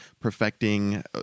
perfecting